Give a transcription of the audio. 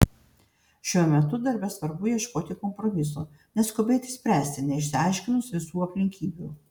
šiuo metu darbe svarbu ieškoti kompromiso neskubėti spręsti neišsiaiškinus visų aplinkybių